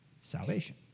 Salvation